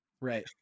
Right